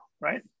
right